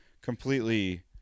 completely